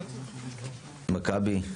מכבי,